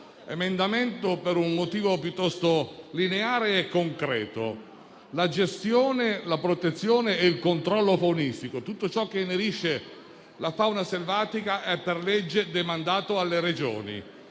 emendamento, per un motivo lineare e concreto. La gestione, la protezione e il controllo faunistico, tutto ciò che inerisce la fauna selvatica, è per legge demandato alle Regioni,